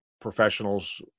professionals